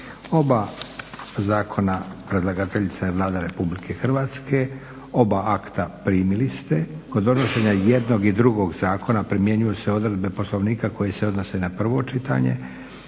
Oba zakona predlagateljica je Vlada RH. Oba akta primili ste. Kod donošenja jednog i drugog zakona primjenjuju se odredbe poslovnika koje se odnose na prvo čitanje